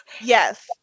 Yes